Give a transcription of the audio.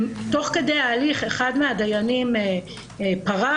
כי זה חורג מהדיון אומר בקצרה,